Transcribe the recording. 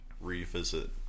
revisit